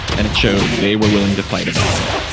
and it showed they were willing to fight about it.